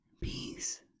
peace